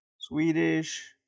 Swedish